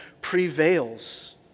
prevails